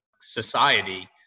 society